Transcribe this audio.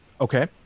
Okay